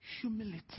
humility